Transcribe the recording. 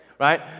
Right